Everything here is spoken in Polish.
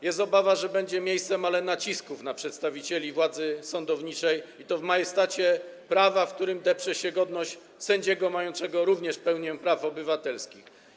Jest obawa, że będzie miejscem nacisków na przedstawicieli władzy sądowniczej, i to w majestacie prawa, w którym depcze się godność sędziego mającego również pełnię praw obywatelskich.